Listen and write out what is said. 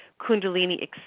kundalini